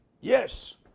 Yes